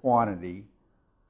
quantity